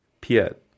Piet